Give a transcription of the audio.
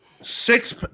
six